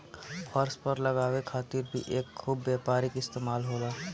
फर्श पर लगावे खातिर भी एकर खूब व्यापारिक इस्तेमाल होला